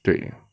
对